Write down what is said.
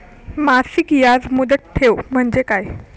मासिक याज मुदत ठेव म्हणजे काय?